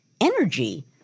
energy